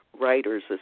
Writers